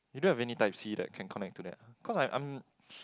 you don't have any type C that can connect to that cause I I'm